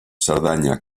cerdanya